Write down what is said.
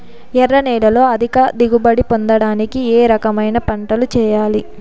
ఎర్ర నేలలో అధిక దిగుబడి పొందడానికి ఏ రకమైన పంటలు చేయాలి?